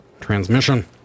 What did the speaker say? transmission